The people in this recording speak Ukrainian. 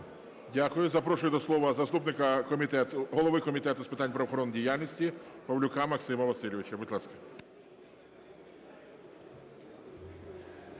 Дякую. Запрошую до слова заступника голови Комітету з питань правоохоронної діяльності Павлюка Максима Васильовича. Будь ласка.